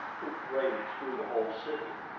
which raged through the whole city,